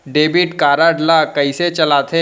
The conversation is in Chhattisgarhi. डेबिट कारड ला कइसे चलाते?